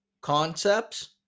concepts